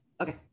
Okay